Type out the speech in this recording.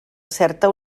certa